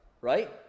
right